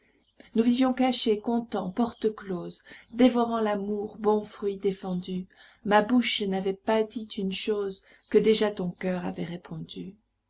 nous vivions cachés contents porte close dévorant l'amour bon fruit défendu ma bouche n'avait pas dit une chose que déjà ton coeur avait répondu